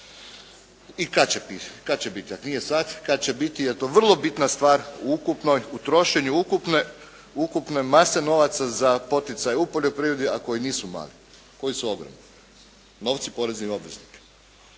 I kad će biti, ako nije sad kad će biti, jer je to vrlo bitna stvar u trošenju ukupne mase novaca za poticaj u poljoprivredi, a koji nisu mali, koji su ogromni. Novci poreznih obveznika.